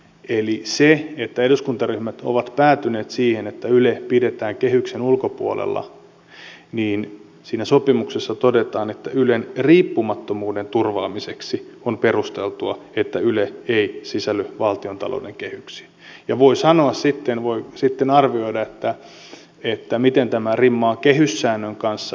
eli kun eduskuntaryhmät ovat päätyneet siihen että yle pidetään kehyksen ulkopuolella niin siinä sopimuksessa todetaan että ylen riippumattomuuden turvaamiseksi on perusteltua että yle ei sisälly valtiontalouden kehyksiin ja voi sitten arvioida miten tämä rimmaa kehyssäännön kanssa